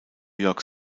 york